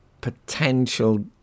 potential